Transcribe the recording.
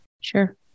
Sure